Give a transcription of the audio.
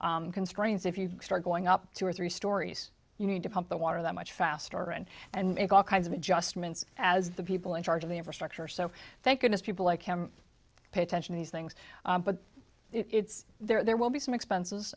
constrains if you start going up two or three stories you need to pump the water that much faster and and make all kinds of adjustments as the people in charge of the infrastructure so thank goodness people like him pay attention these things but it's there will be some expenses